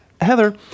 Heather